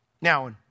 Now